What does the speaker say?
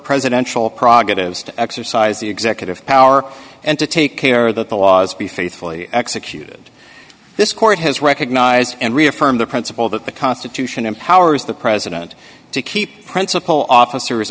presidential prerogatives to exercise the executive power and to take care that the laws be faithfully executed this court has recognized and reaffirmed the principle that the constitution empowers the president to keep principle officers